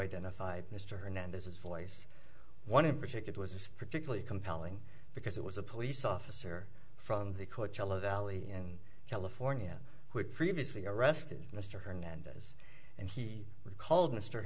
identified mr hernandez as voice one in particular was particularly compelling because it was a police officer from the coachella valley in california who had previously arrested mr hernandez and he was called mr